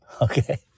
okay